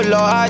Lord